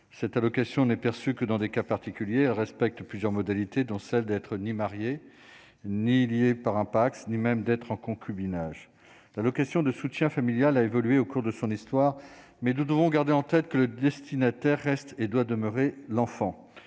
cette allocation n'est perçu que dans des cas particuliers respecte plusieurs modalités dont celle d'être ni marié ni liés par un Pacs, ni même d'être en concubinage, l'allocation de soutien familial a évolué au cours de son histoire, mais nous devons garder en tête que le destinataire reste et doit demeurer l'enfant,